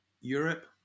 Europe